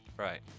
Right